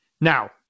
Now